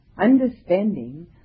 understanding